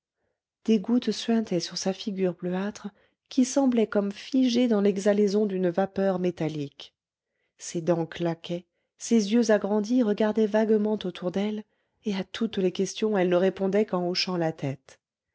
des gouttes suintaient sur sa figure bleuâtre qui semblait comme figée dans l'exhalaison d'une vapeur métallique ses dents claquaient ses yeux agrandis regardaient vaguement autour d'elle et à toutes les questions elle ne répondait qu'en hochant la tête